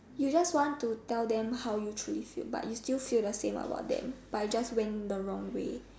you just want to tell them how you truly feel but you still feel the same about them by just went in the wrong way